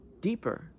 deeper